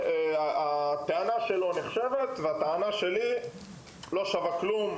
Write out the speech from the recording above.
הטענה שלו נחשבת והטענה שלי לא שווה כלום,